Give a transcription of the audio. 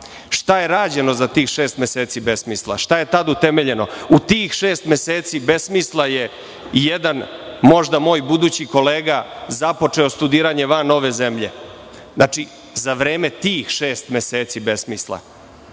šta je rađeno za tih šest meseci besmisla, šta je tada utemeljeno? U tih šest meseci besmisla je i jedan možda moj budući kolega započeo studiranje van ove zemlje. Znači, za vreme tih šest meseci besmisla. Onda